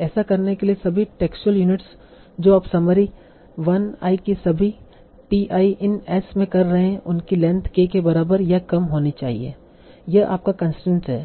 ऐसा करने के लिए सभी टेक्सुअल यूनिट्स जो आप समरी 1 i की सभी t i इन s में कर रहे हैं उनकी लेंथ k के बराबर या कम होनी चाहिए यह आपका कंसट्रेन्स है